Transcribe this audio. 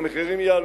המחירים יעלו.